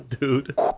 Dude